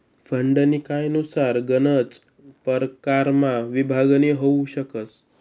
फंडनी कायनुसार गनच परकारमा विभागणी होउ शकस